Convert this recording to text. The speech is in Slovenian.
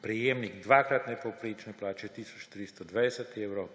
prejemnik dvakratne povprečne plače tisoč 320 evrov